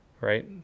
right